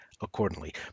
accordingly